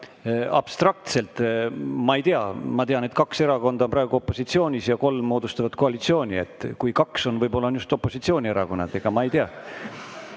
abstraktselt. Ma tean, et kaks erakonda on praegu opositsioonis ja kolm moodustavad koalitsiooni. Kui kaks on, siis võib-olla on just opositsioonierakonnad. Ega ma ei tea.